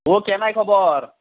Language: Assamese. অঁ কেনে খবৰ